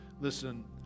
Listen